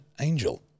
angel